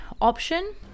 option